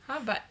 !huh! but